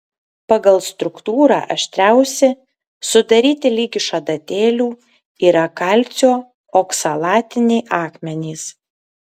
pagal struktūrą aštriausi sudaryti lyg iš adatėlių yra kalcio oksalatiniai akmenys